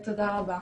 תודה רבה.